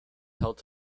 held